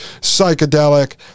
psychedelic